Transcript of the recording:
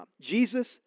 Jesus